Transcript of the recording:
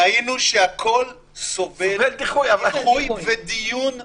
ראינו שהכול סובל דיחוי ודיון מסודר.